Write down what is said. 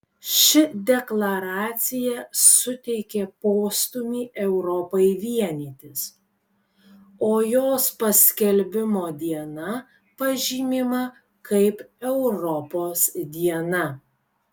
ši deklaracija suteikė postūmį europai vienytis o jos paskelbimo diena pažymima kaip europos diena